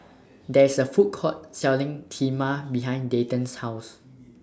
There IS A Food Court Selling Kheema behind Dayton's House